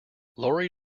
lorry